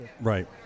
Right